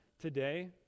today